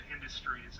industries